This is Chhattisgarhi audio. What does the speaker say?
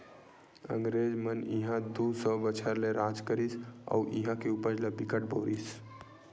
अंगरेज मन इहां दू सौ बछर ले राज करिस अउ इहां के उपज ल बिकट बउरिस